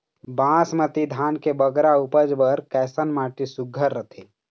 बासमती धान के बगरा उपज बर कैसन माटी सुघ्घर रथे?